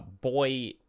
boy